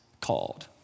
called